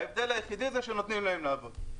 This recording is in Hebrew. ההבדל היחידי הוא שנותנים להם לעבוד.